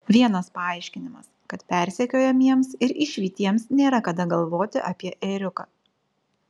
vienas paaiškinimas kad persekiojamiems ir išvytiems nėra kada galvoti apie ėriuką